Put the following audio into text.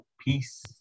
Peace